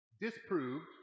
disproved